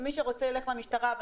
ומי שרוצה שילך למשטרה.